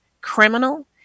criminal